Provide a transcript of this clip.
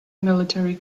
military